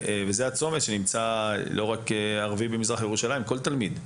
זה צומת שנמצא בו לא רק ערבי ממזרח ירושלים אלא כל תלמיד.